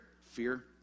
Fear